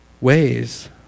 ways